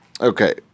Okay